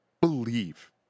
believe